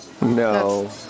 no